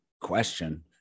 question